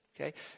Okay